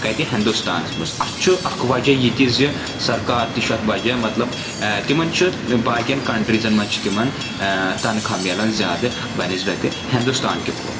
کتہِ ہندوستانس منٛز اتھ چھُ اکھ وجہ یہِ تہِ زِ سرکار تہِ چھُ اتھ وجہ مطلب تِمَن چھُ باقیَن کَنٛٹٕرِیٖزَن منٛز چھِ تِمَن تنخاہ ملان زیادٕ بہَ نِسبَتہِ ہندوستانکہِ کھۄتہٕ